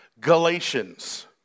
Galatians